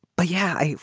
but yeah,